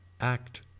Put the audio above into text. Act